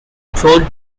prone